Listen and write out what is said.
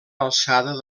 alçada